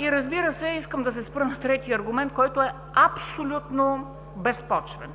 Разбира се, искам да се спра на третия аргумент, който е абсолютно безпочвен.